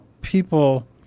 people